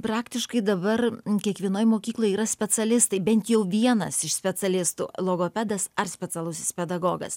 praktiškai dabar kiekvienoj mokykloj yra specialistai bent jau vienas iš specialistų logopedas ar specialusis pedagogas